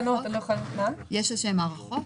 התפקיד שלי הוא מנהל תחום בכיר מיסוי גז ונפט,